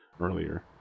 earlier